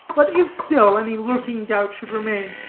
but if still any lurking doubt should remain,